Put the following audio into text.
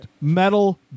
metal